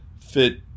fit